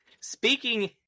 speaking